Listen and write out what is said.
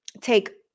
take